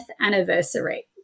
anniversary